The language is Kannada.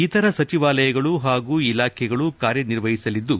ಇತರ ಸಚಿವಾಲಯಗಳು ಹಾಗೂ ಇಲಾಖೆಗಳು ಕಾರ್ಯ ನಿರ್ವಹಿಸಲಿದ್ದು